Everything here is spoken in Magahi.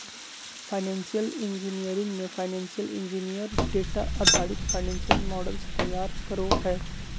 फाइनेंशियल इंजीनियरिंग मे फाइनेंशियल इंजीनियर डेटा आधारित फाइनेंशियल मॉडल्स तैयार करो हय